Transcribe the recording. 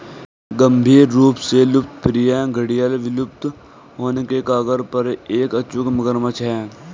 गंभीर रूप से लुप्तप्राय घड़ियाल विलुप्त होने के कगार पर एक अचूक मगरमच्छ है